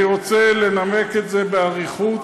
אני רוצה לנמק את זה באריכות,